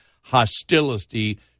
hostility